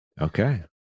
Okay